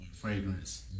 fragrance